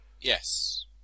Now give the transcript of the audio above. Yes